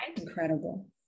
Incredible